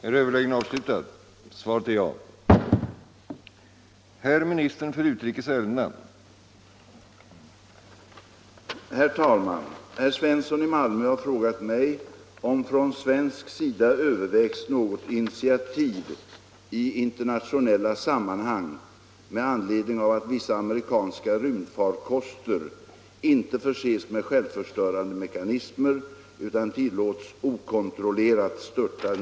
Nr 10 Herr talman! Herr Svensson i Malmö har gjort en alldeles riktig ut Torsdagen den